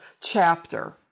chapter